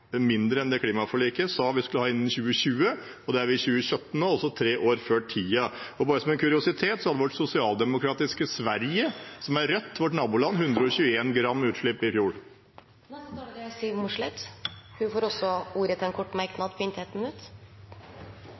mindre enn det klimaforliket sa vi skulle ha innen 2020. Det var i 2017 – altså tre år før tiden. Bare som en kuriositet hadde vårt sosialdemokratiske naboland Sverige, som er rødt, 121 g/km i utslipp i fjor. Representanten Siv Mossleth har hatt ordet to ganger tidligere og får ordet til en kort merknad, begrenset til 1 minutt. Jeg lurer på